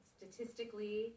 Statistically